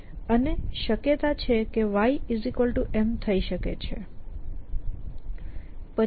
અને શક્યતા છે કે yM થઈ શકે છે